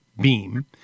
beam